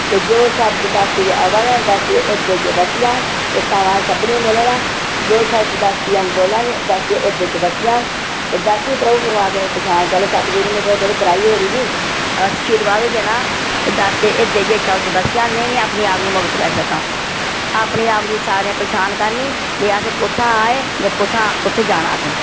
ते जो शब्द दासी च अवा दे न दासी दे हिरदे च बसी जाह्न एह् समां सभनें मिलेदा जो शब्द दासी दा बोल्ला ने दासी दे हिरदे च बस्सी जाह्न ते दासी प्रभु परमात्मे दी पछान चलो सतगुरु नै थोह्ड़ी थोह्ड़ी कराई ओड़ी दीशीर्वाद बी देना ते दासी दे हिरदे च शब्द बस्सी जाह्न ते में बी अपने आप गी मुक्त करी सकां अपने आप दी सारें पछान करनी वे अस कुत्थुआं आएं जां कुत्थां कुत्थै जाना असें